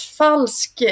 falsk